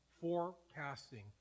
forecasting